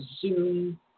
Zoom